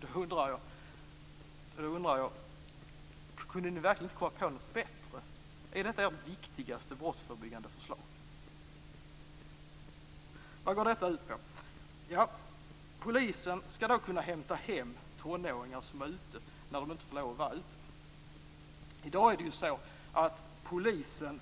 Då undrar jag: Kunde ni verkligen inte komma på något bättre? Är detta ert viktigaste brottsförebyggande förslag? Och vad går det ut på? Polisen skall kunna hämta hem tonåringar som är ute när de inte har lov att vara ute. I dag är det så att polisen